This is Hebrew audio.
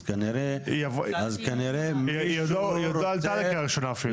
אז כנראה --- היא לא עלתה לקריאה ראשונה אפילו.